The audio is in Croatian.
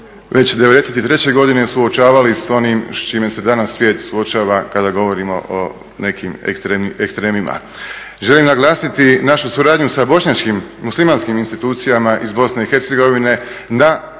već '93. godine suočavali s onim s čime se danas svijet suočava kada govorimo o nekim ekstremima. Želim naglasiti našu suradnju sa Bošnjačkim, Muslimanskim institucijama iz BiH na sređivanju